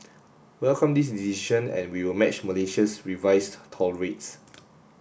welcome this decision and we will match Malaysia's revised toll rates